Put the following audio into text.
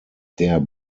der